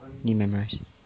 need memorise